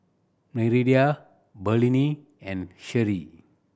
Nereida Brynlee and Sherree